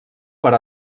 per